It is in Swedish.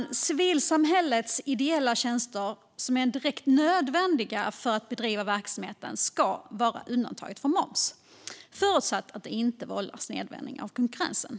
De av civilsamhällets ideella tjänster som är direkt nödvändiga för att bedriva verksamheten ska vara undantagna från moms förutsatt att det inte vållar snedvridning av konkurrensen.